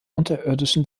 unterirdischen